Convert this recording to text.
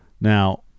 now